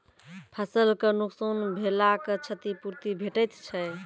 फसलक नुकसान भेलाक क्षतिपूर्ति भेटैत छै?